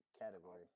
category